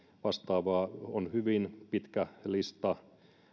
vastaavaa hyvin pitkä lista